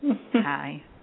Hi